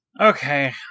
Okay